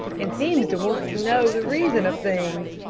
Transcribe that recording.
and seems to want to know the reason of things.